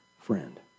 friend